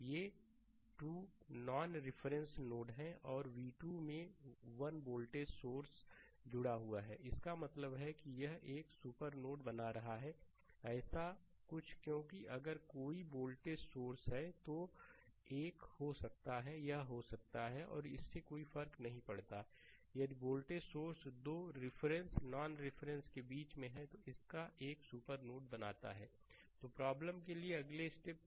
ये two non reference node हैं और v2 में 1 वोल्टेज स्रोत जुड़ा हुआ है इसका मतलब है कि यह एक सुपर नोड बना रहा है तो ऐसा कुछ क्योंकि अगर कोई वोल्टेज स्रोत है तो यह 1 हो सकता है यह 2 हो सकता है इससे कोई फर्क नहीं पड़ता यदि वोल्टेज स्रोत 2 रिफरेंस नॉन रिफरेंस नोड के बीच में हैं तो इसका एक सुपर नोड बनाता है तो प्रॉब्लम के लिए अगले स्टेप में